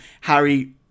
Harry